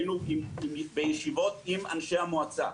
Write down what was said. היינו בישיבות עם אנשי המועצה.